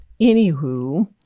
anywho